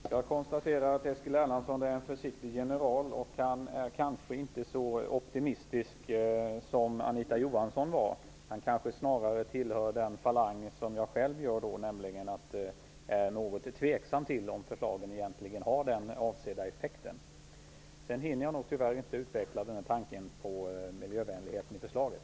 Fru talman! Jag konstaterar att Eskil Erlandsson är en försiktig general. Han är kanske inte så optimistisk som Anita Johansson var. Han kanske snarare tillhör den falang som jag själv tillhör och är något tveksam till om förslagen egentligen får den avsedda effekten. Jag hinner nog tyvärr inte utveckla tanken på miljövänligheten i förslaget.